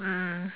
mm